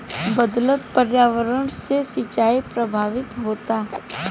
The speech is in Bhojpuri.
बदलत पर्यावरण से सिंचाई प्रभावित होता